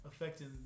affecting